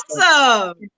awesome